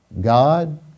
God